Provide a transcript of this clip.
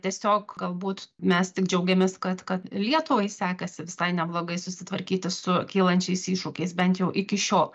tiesiog galbūt mes tik džiaugiamės kad kad lietuvai sekasi visai neblogai susitvarkyti su kylančiais iššūkiais bent jau iki šiol